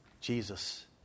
Jesus